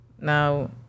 now